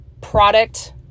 product